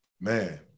Man